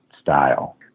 style